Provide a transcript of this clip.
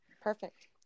Perfect